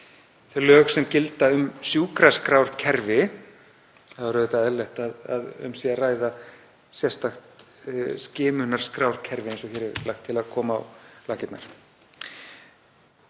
þau lög sem gilda um sjúkraskrárkerfi er auðvitað eðlilegt að um sé að ræða sérstakt skimunarskrárkerfi eins og hér er lagt til að koma á laggirnar.